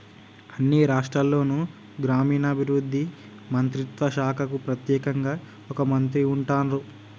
అన్ని రాష్ట్రాల్లోనూ గ్రామీణాభివృద్ధి మంత్రిత్వ శాఖకు ప్రెత్యేకంగా ఒక మంత్రి ఉంటాన్రు